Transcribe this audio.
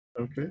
Okay